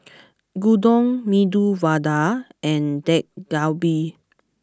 Gyudon Medu Vada and Dak Galbi